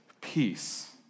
peace